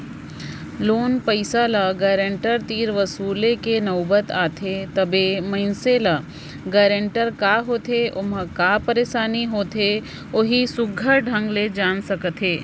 loan पइसा ल guarantor तीर वसूले कर नउबत आथे तबे मइनसे ल गारंटर का होथे ओम्हां का पइरसानी होथे ओही सुग्घर ले जाएन सकत अहे